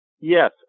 Yes